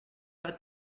pas